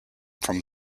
from